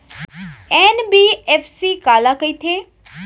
NBFC काला कहिथे?